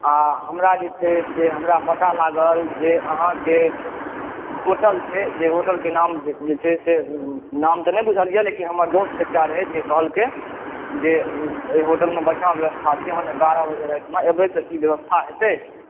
आ हमरा जे छै से हमरा पता लागल जे अहाँ के होटल छै जै होटल के नाम छै से नाम तऽ नहि बूझल यऽ लेकिन हमर दोस्त एकटा रहै जे कहलकै जे एहि होटल मे बढिऑं व्यवस्था छै हम एगारह बजे राति मे एबै तऽ की व्यवस्था हेतै